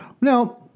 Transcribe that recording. Now